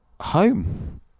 home